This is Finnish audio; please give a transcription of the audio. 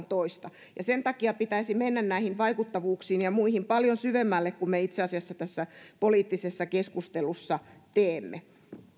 toista sen takia pitäisi mennä näihin vaikuttavuuksiin ja ja muihin paljon syvemmälle kuin me itse asiassa tässä poliittisessa keskustelussa teemme